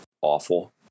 awful